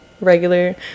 regular